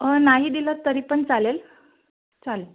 नाही दिलंत तरी पण चालेल चालेल